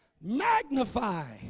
Magnify